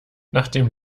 nachdem